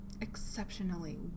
exceptionally